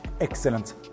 Excellent